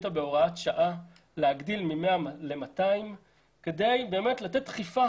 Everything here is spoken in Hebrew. להגדיל מ-100 ל-200 כדי לתת דחיפה.